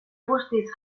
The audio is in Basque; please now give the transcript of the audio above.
guztiz